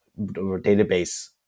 database